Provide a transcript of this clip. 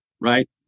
right